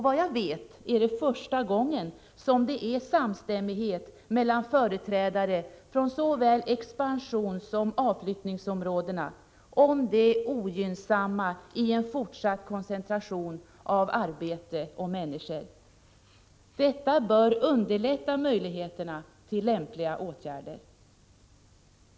Vad jag vet är det första gången som det är samstämmighet mellan företrädare för såväl expansionssom avflyttningsområdena om det ogynnsamma i en fortsatt koncentration av arbete och människor. Detta bör underlätta möjligheterna till lämpliga åtgärder.